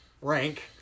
rank